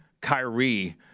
Kyrie